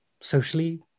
socially